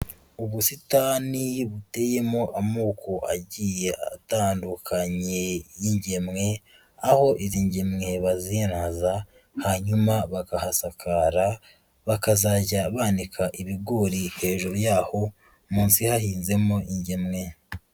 Ubusitani buteyemo amoko agiye atandukanye y'ingemwe, aho izi ngemwe bazinaza hanyuma bakahasakara, bakazajya bananika ibigori hejuru yaho munsi hahinzemo ingemwe.